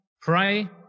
Pray